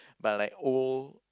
but like old